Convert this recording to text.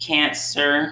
Cancer